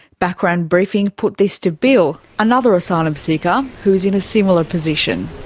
background briefing put this to bill, another asylum seeker who's in a similar position.